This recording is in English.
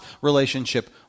relationship